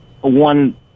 One